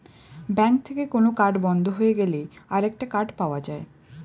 bank থেকে কোন card বন্ধ হয়ে গেলে আরেকটা কার্ড পাওয়া যায়